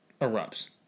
erupts